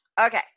okay